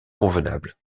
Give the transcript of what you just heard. convenable